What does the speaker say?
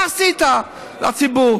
מה עשית לציבור?